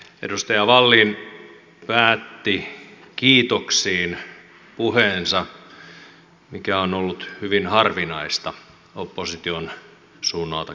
edustaja wallin päätti kiitoksiin puheensa mikä on ollut hyvin harvinaista opposition suunnalta